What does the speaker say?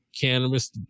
cannabis